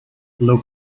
low